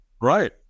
Right